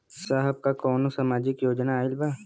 साहब का कौनो सामाजिक योजना आईल बा?